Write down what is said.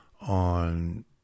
on